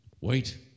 Wait